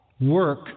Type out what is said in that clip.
work